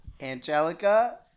angelica